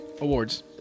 awards